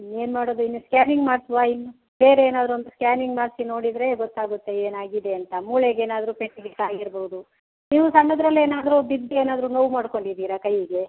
ಏನು ಮಾಡೋದು ಇನ್ನು ಸ್ಕ್ಯಾನಿಂಗ್ ಮಾಡಿಸುವ ಇನ್ನು ಬೇರೆ ಏನಾದ್ರೂ ಒಂದು ಸ್ಕ್ಯಾನಿಂಗ್ ಮಾಡಿಸಿ ನೋಡಿದರೆ ಗೊತ್ತಾಗುತ್ತೆ ಏನು ಆಗಿದೆ ಅಂತ ಮೂಳೆಗೆ ಏನಾದ್ರೂ ಪೆಟ್ಟು ಗಿಟ್ಟು ಆಗಿರ್ಬೋದು ನೀವು ಸಣ್ಣದ್ರಲ್ಲಿ ಏನಾದ್ರೂ ಬಿದ್ದು ಏನಾದ್ರೂ ನೋವು ಮಾಡ್ಕೊಂಡಿದ್ದೀರ ಕೈಗೆ